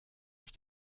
ich